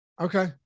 Okay